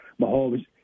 Mahomes